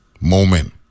moment